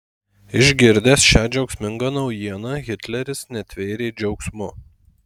išgirdęs šią džiaugsmingą naujieną hitleris netvėrė džiaugsmu